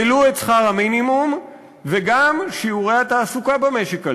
העלו את שכר המינימום וגם שיעורי התעסוקה במשק עלו.